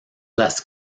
las